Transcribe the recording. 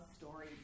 story